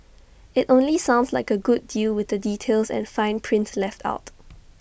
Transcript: IT only sounds like A good deal with the details and fine print left out